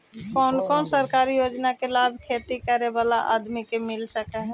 कोन कोन सरकारी योजना के लाभ खेती करे बाला आदमी के मिल सके हे?